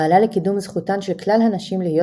פעלה לקידום זכותן של כלל הנשים להיות